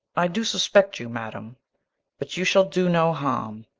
i do suspect you, madam but you shall do no harm.